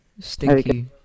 Stinky